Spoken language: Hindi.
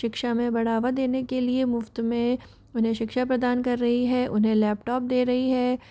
शिक्षा में बढ़ावा देने के लिए मुफ्त में उन्हें शिक्षा प्रदान कर रही हैं उन्हें लैपटॉप दे रही हैं